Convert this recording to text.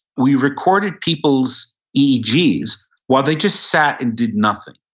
we recorded people's eeg's eeg's while they just sat and did nothing.